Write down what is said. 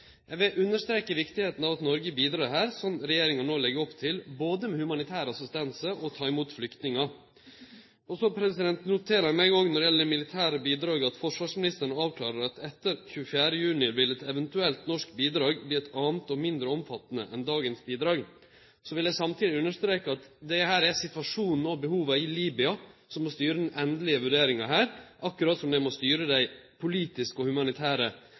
Eg vil understreke viktigheita av at Noreg bidreg her, slik regjeringa no legg opp til, med både humanitær assistanse og mottak av flyktningar. Eg noterer meg òg når det gjeld militære bidrag, at forsvarsministeren avklarer at etter 24. juni «vil et eventuelt norsk bidrag bli et annet og mindre omfattende enn dagens bidrag». Eg vil samtidig understreke at det er situasjonen og behova i Libya som må styre den endelege vurderinga her, akkurat som det må styre dei politiske og humanitære